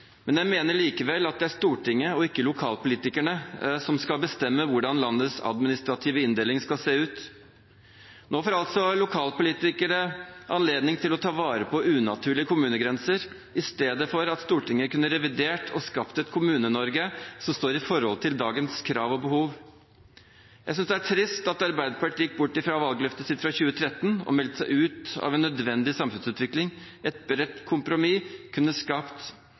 men jeg mener likevel at det er Stortinget og ikke lokalpolitikerne som skal bestemme hvordan landets administrative inndeling skal se ut. Nå får altså lokalpolitikere anledning til å ta vare på unaturlige kommunegrenser, istedenfor at Stortinget kunne revidert og skapt et Kommune-Norge som står i forhold til dagens krav og behov. Jeg synes det er trist at Arbeiderpartiet gikk bort fra valgløftet sitt fra 2013 og meldte seg ut av en nødvendig samfunnsutvikling. Et bredt kompromiss kunne skapt